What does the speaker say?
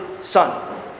son